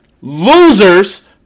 losers